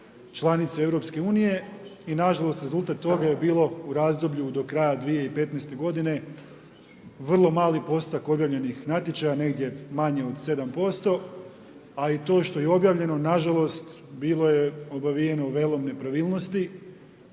članice EU. I nažalost rezultat toga je bilo u razdoblju do kraja 2015. godine vrlo mali postotak objavljenih natječaja, negdje manje od 7%, a i to što je objavljeno nažalost bilo je obavijeno velom nepravilnosti